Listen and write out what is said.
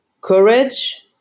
courage